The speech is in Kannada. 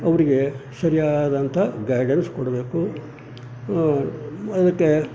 ಅವರಿಗೆ ಸರಿಯಾದಂಥ ಗೈಡೆನ್ಸ್ ಕೊಡಬೇಕು ಅದಕ್ಕೆ